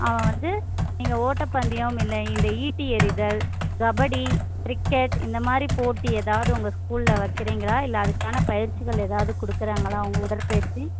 அவன் வந்து நீங்கள் ஓட்டப்பந்தயம் இல்லை இந்த ஈட்டி எறிதல் கபடி க்ரிக்கெட் இந்தமாதிரி போட்டி எதாவது உங்கள் ஸ்கூல்ல வைக்கிறிங்களா இல்லை அதுக்கான பயிற்சிகள் எதாவது கொடுக்குறாங்களா அவங்க உடற்பயிற்சி